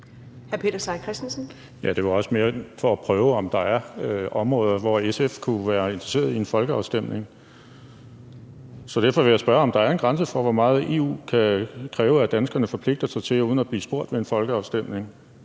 det var også mere for at prøve, om der er områder, hvor SF kunne være interesseret i en folkeafstemning. Så derfor vil jeg spørge, om der er en grænse for, hvor meget EU kan kræve danskerne forpligter sig til uden at blive spurgt ved en folkeafstemning.